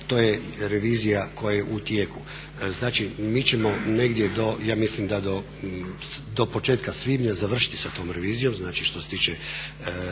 to je revizija koja je u tijeku. Znači mi ćemo negdje do, ja mislim da do početka svibnja završiti sa tom revizijom, znači što se tiče